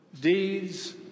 deeds